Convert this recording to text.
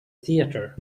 theater